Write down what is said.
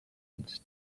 and